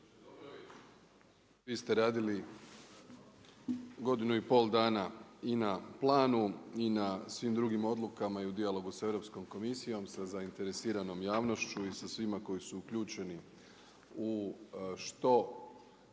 Dobrović, vi ste radili godinu i pol dana i na planu i na svim drugim odlukama i u dijalogu sa Europskom komisijom sa zainteresiranom javnošću i sa svima koji su uključeni u što